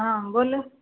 हँ बोलू